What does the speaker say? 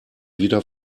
wieder